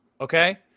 okay